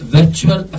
Virtual